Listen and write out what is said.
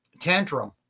tantrum